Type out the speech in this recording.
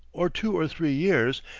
or two or three years,